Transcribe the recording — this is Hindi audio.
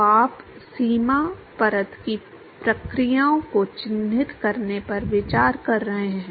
तो आप सीमा परत की प्रक्रियाओं को चिह्नित करने पर विचार कर रहे हैं